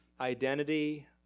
identity